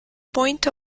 point